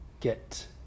get